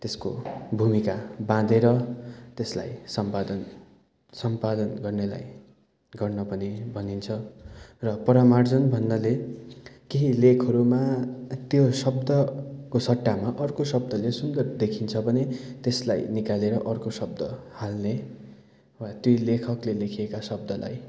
त्यसको भूमिका बाँधेर त्यसलाई सम्पादन सम्पादन गर्नेलाई गर्न पनि भनिन्छ र पुरिमार्जन भन्नाले केहि लेखहरूमा त्यो शब्दको सट्टामा अर्को शब्दले सुन्दर देखिन्छ भने त्यसलाई निकालेर अर्को शब्दा हाल्ने वा त्यो लेखकले लेखेका शब्दलाई